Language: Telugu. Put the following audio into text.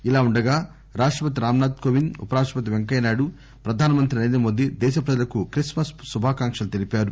ఇలావుండగా రాష్రపతి రాంనాథ్ కోవింద్ ఉప రాష్రపతి వెంకయ్యనాయుడు ప్రధానమంత్రి నరేంద్రమోదీ దేశ ప్రజలకు క్రిస్కుస్ శుభాకాంకలు తెలిపారు